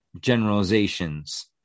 generalizations